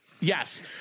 yes